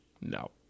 No